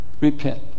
repent